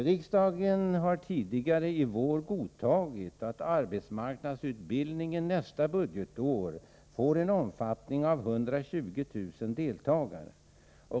Riksdagen har tidigare i vår godtagit att arbetsmarknadsutbildningen nästa budgetår får en omfattning av 120 000 deltagare.